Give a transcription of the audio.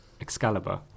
Excalibur